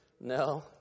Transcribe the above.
No